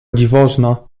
dziwożona